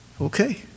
okay